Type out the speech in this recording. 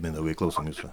mindaugai klausom jūsų